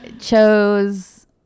chose